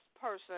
person